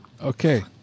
Okay